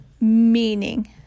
meaning